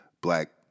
black